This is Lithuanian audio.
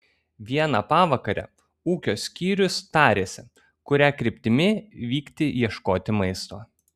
vieną pavakarę ūkio skyrius tarėsi kuria kryptimi vykti ieškoti maisto